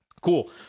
Cool